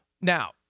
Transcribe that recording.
Now